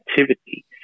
activity